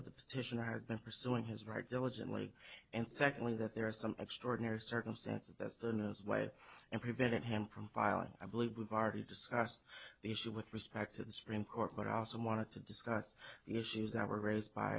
of the petitioner has been pursuing his right diligently and secondly that there are some extraordinary circumstances that's the news wire and prevented him from filing i believe we've already discussed the issue with respect to the supreme court but i also wanted to discuss the issues that were raised by